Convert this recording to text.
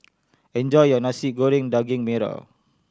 enjoy your Nasi Goreng Daging Merah